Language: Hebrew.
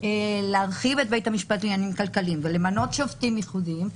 להרחיב את בית המשפט לעניינים כלכליים ולמנות שופטים ייחודיים,